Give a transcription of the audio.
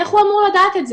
איך הוא אמור לדעת את זה?